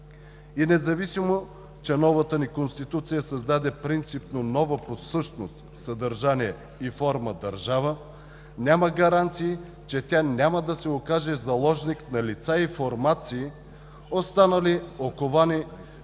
Независимо че новата ни Конституция създаде принципно нова по същност, съдържание и форма държава, няма гаранции, че тя няма да се окаже заложник на лица и формации, останали оковани